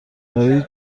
داری